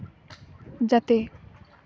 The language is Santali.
ᱡᱟᱛᱮ